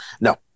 No